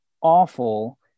awful